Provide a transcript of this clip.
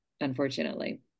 Unfortunately